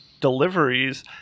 deliveries